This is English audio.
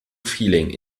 feeling